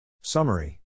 Summary